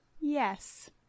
Yes